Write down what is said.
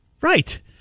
Right